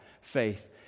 faith